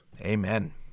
Amen